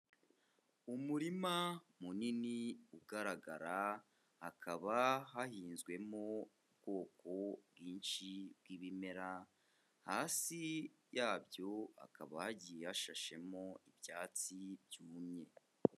Umurima munini ugaragara, hakaba hahinzwemo ubwoko bwinshi bw'ibimera, hasi yabyo hakaba hagiye hashashemo ibyatsi byumye.